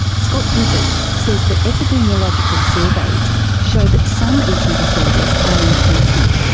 scott griffiths says that epidemiological surveys show that some eating disorders are increasing.